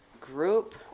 Group